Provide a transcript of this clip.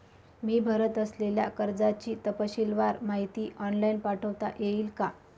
मी भरत असलेल्या कर्जाची तपशीलवार माहिती ऑनलाइन पाठवता येईल का?